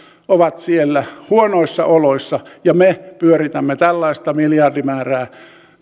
ovat siellä huonoissa oloissa ja me pyöritämme tällaista miljardimäärää